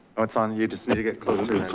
it's ah need it's need to get closer. it's on,